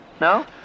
No